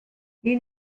you